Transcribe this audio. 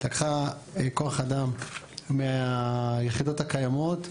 לקחה כוח אדם מהיחידות הקיימות,